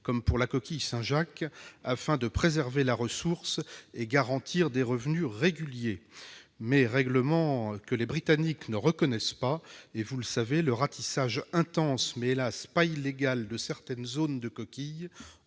comme pour la coquille Saint-Jacques, afin de préserver la ressource et de garantir des revenus réguliers, règles que les Britanniques ne reconnaissent pas. Vous le savez, le ratissage intense, mais, hélas ! pas illégal, de certaines zones de coquilles,